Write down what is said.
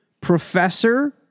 Professor